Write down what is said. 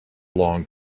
long